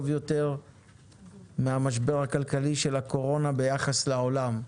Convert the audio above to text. יותר מהמשבר הכלכלי של הקורונה ביחס לעולם.